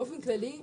באופן כללי,